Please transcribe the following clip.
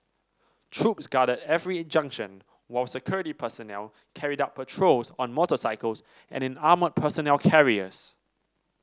troops guarded every in junction while security personnel carried out patrols on motorcycles and in armoured personnel carriers